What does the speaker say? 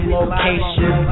location